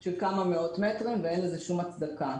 של כמה מאות מטרים ואין לזה שום הצדקה.